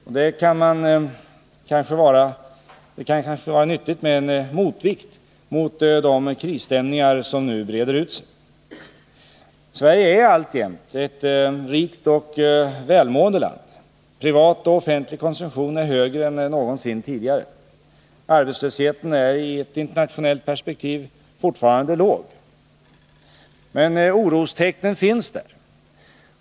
Och det kan kanske vara nyttigt med en motvikt till de krisstämningar som nu breder ut sig. Sverige är alltjämt ett rikt och välmående land. Privat och offentlig konsumtion är högre än någonsin tidigare. Arbetslösheten är i ett internationellt perspektiv fortfarande låg. Men orostecknen finns där.